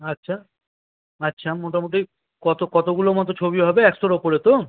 আচ্ছা আচ্ছা মোটামুটি কত কতগুলো মতো ছবি হবে একশোর ওপরে তো